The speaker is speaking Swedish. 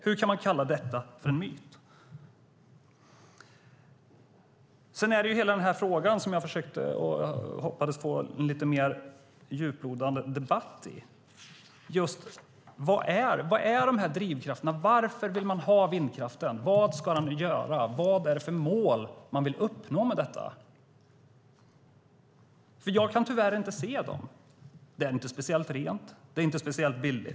Hur kan man kalla detta för en myt? Jag hoppades på en lite mer djuplodande debatt om vad som är drivkrafterna. Varför vill man ha vindkraften? Vad ska den göra? Vad är det för mål man vill uppnå med vindkraften? Jag kan tyvärr inte se dem. Den är inte speciellt ren. Den är inte speciellt billig.